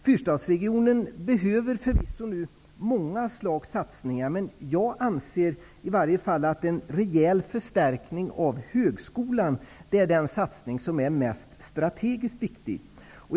Fyrstadsregionen behöver förvisso många slags satsningar, men jag anser att en rejäl förstärkning av högskolan är en satsning som är strategiskt mest viktig.